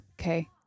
Okay